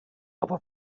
aber